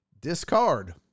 Discard